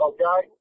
Okay